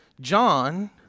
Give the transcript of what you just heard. John